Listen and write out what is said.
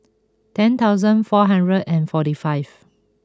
ten thousand four hundred and forty five